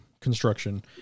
construction